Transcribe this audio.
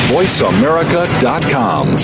VoiceAmerica.com